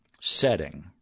setting